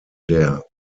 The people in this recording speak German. der